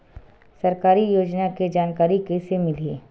सरकारी योजना के जानकारी कइसे मिलही?